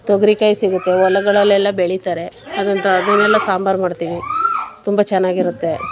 ತೊಗರಿಕಾಯಿ ಸಿಗುತ್ತೆ ಹೊಲಗಳಲ್ಲೆಲ್ಲ ಬೆಳಿತಾರೆ ಅದನ್ನ ತಾ ಅದನ್ನೆಲ್ಲ ಸಾಂಬಾರು ಮಾಡ್ತೀವಿ ತುಂಬ ಚೆನ್ನಾಗಿರುತ್ತೆ